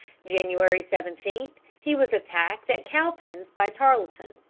january seventeen he was attacked at cowpens by tarleton.